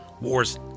Wars